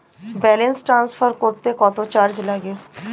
Balance transfer করতে কত charge লাগে?